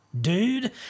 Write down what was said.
Dude